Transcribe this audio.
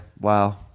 wow